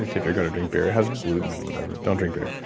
if you're going to drink beer, it has gluten and whatever. don't drink beer.